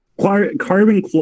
carbon